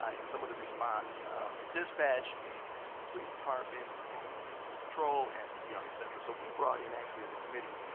and some of the response from dispatch the and police department, and and and um animal control, and you know et cetera. so we brought in actually, as a committee,